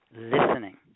listening